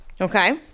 Okay